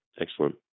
Excellent